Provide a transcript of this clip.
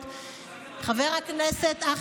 חבר הכנסת גדי איזנקוט,